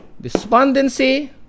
despondency